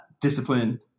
discipline